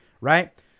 Right